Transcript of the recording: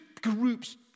groups